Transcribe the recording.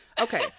Okay